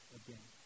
again